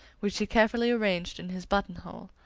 which he carefully arranged in his buttonhole.